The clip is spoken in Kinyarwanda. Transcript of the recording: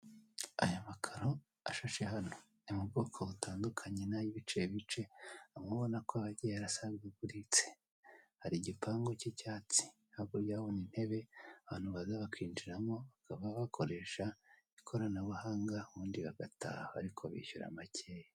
Aya makaro ashashe hano ari mu bwoko butandukanye ni ay'ibicebice hamwe ubona ko hagiye hasenyaguritse, hari igipangu k'icyatsi, hakurya yaho hari intebe abantu baza bakinjiramo baba bakoresha ikoranabuhanga ubundi bagataha ariko bishyura makeye.